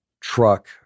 truck